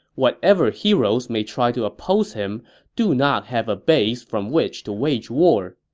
whatever heroes may try to oppose him do not have a base from which to wage war.